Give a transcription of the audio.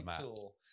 tool